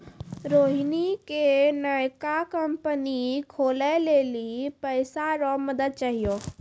रोहिणी के नयका कंपनी खोलै लेली पैसा रो मदद चाहियो